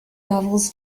novels